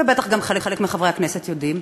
ובטח גם חלק מחברי הכנסת יודעים,